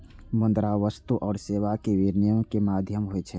मुद्रा वस्तु आ सेवा के विनिमय के माध्यम होइ छै